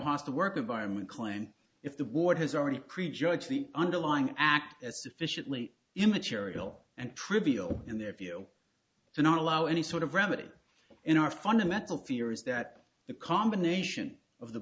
hostile work environment claim if the board has already prejudged the underlying act as sufficiently immaterial and trivial in their view to not allow any sort of remedy in our fundamental fear is that the combination of the